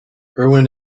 irwin